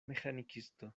meĥanikisto